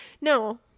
no